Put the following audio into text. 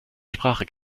sprache